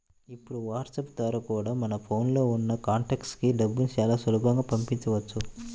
ఇప్పుడు వాట్సాప్ ద్వారా కూడా మన ఫోన్ లో ఉన్న కాంటాక్ట్స్ కి డబ్బుని చాలా సులభంగా పంపించవచ్చు